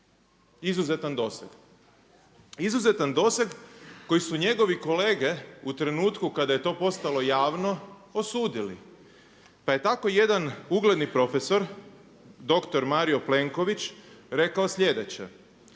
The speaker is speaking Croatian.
Izuzetan doseg! Izuzetan doseg koji su njegovi kolege u trenutku kada je to postalo javno osudili. Pa je tako jedan ugledni profesor, dr. Mario Plenković, rekao sljedeće: